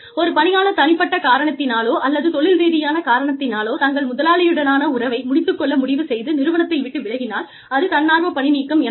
ஒரு பணியாளர் தனிப்பட்ட காரணத்தினாலோ அல்லது தொழில் ரீதியான காரணத்தினாலோ தங்கள் முதலாளியுடனான உறவை முடித்து கொள்ள முடிவு செய்து நிறுவனத்தை விட்டு விலகினால் அது தன்னார்வப் பணி நீக்கம் எனப்படும்